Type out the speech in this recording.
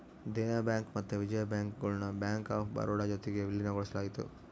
Dena bank ಮತ್ತೆ Vijaya bank ಗುಳ್ನ bank of Baroda ಜೊತಿಗೆ ವಿಲೀನಗೊಳಿಸಲಾಯಿತು